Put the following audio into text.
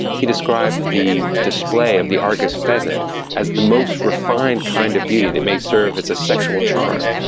he described the display of the argus pheasant as the most refined kind of beauty that may serve as a sexual charm,